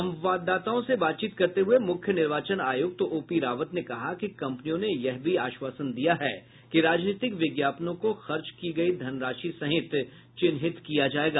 संवाददाताओं से बातचीत करते हुये मुख्य निर्वाचन आयुक्त ओ पी रावत ने कहा कि कम्पनियों ने यह भी आश्वासन दिया है कि राजनीतिक विज्ञापनों को खर्च की गयी धनराशि सहित चिन्हित किया जायेगा